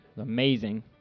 Amazing